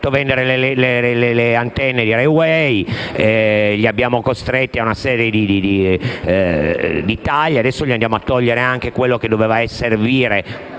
Grazie